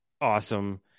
awesome